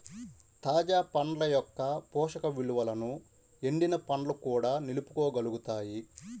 తాజా పండ్ల యొక్క పోషక విలువలను ఎండిన పండ్లు కూడా నిలుపుకోగలుగుతాయి